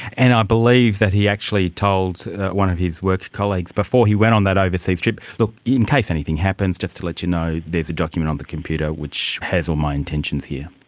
and i believe that he actually told one of his work colleagues before before he went on that overseas trip look, in case anything happens, just to let you know, there's a document on the computer which has all my intentions here.